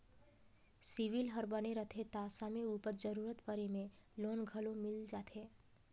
CIBIL हर बने रहथे ता समे उपर जरूरत परे में लोन घलो मिल जाथे